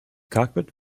cockpit